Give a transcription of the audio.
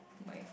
my